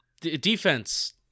Defense